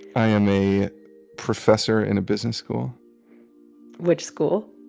i am a professor in a business school which school?